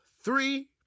three